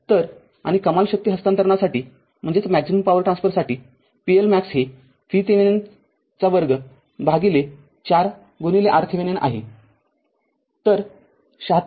तर आणि कमाल शक्ती हस्तांतरणासाठी pLmax हे VThevenin२ भागिले ४ RThevenin आहे तर७६